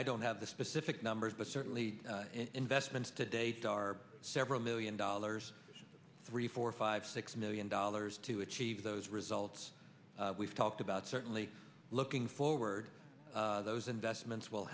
i don't have the specific numbers but certainly investments to date are several million dollars three four five six million dollars to achieve those results we've talked about certainly looking forward those investments w